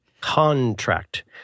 Contract